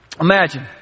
Imagine